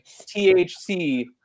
THC